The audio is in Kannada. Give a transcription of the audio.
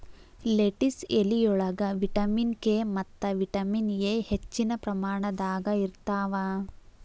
ಲೆಟಿಸ್ ಎಲಿಯೊಳಗ ವಿಟಮಿನ್ ಕೆ ಮತ್ತ ವಿಟಮಿನ್ ಎ ಹೆಚ್ಚಿನ ಪ್ರಮಾಣದಾಗ ಇರ್ತಾವ